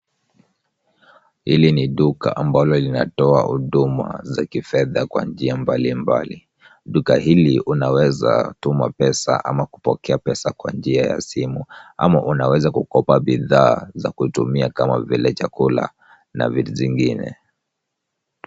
Hili ni duka ambalo linatoa huduma za kifedha kwa njia mbalimbali ,duka hili unaeza kutuma au kupokea pesa kwa njia ya simu, ama unaeza kukopa bidhaa za kutumia kama vile chakula na vitu zingine.